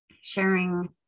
sharing